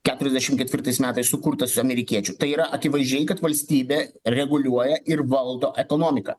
keturiasdešimt ketvirtais metais sukurtas amerikiečių tai yra akivaizdžiai kad valstybė reguliuoja ir valdo ekonomiką